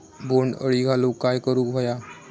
बोंड अळी घालवूक काय करू व्हया?